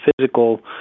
physical